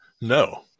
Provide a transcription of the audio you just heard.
No